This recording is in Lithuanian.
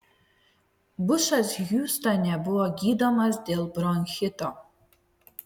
bušas hiūstone buvo gydomas dėl bronchito